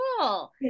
cool